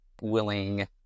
willing